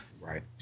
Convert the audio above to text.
right